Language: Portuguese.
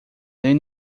nem